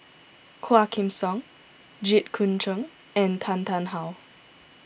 Quah Kim Song Jit Koon Ch'ng and Tan Tarn How